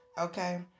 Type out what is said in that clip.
okay